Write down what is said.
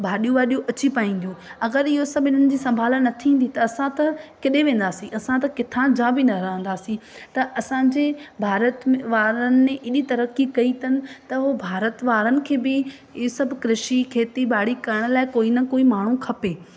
भाॼियूं वाडियूं अची पाईंदियूं अगरि इहो सभु इन्हनि जी संभाल न थींदी त असां त काथे वेंदासीं असां त किथां जा बि न रहंदासीं त असांजे भारत में वारनि ने एॾी तरक़ी कई अथनि त उहो भारत वारनि खे बि इहो सभु कृषि खेतीॿाड़ी करण लाइ कोई न कोई माण्हू खपे